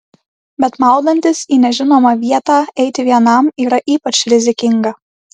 bet maudantis į nežinomą vietą eiti vienam yra ypač rizikinga